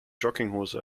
jogginghose